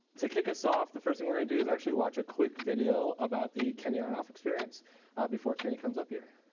to kick us off, the first thing we're going to do is actually watch a quick video about the kenny aronoff experience before kenny comes up here.